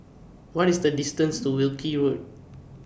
What IS The distance to Wilkie Road